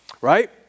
Right